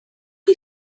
chi